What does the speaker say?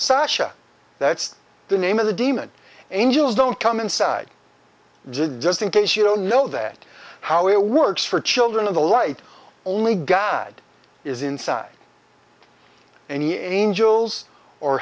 sasha that's the name of the demon angels don't come inside just in case you don't know that how it works for children of the light or only god is inside an